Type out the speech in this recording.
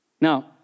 Now